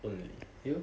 问你 you